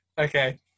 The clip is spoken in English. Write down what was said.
Okay